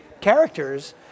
characters